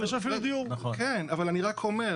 אין שום היגיון